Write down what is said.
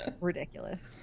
ridiculous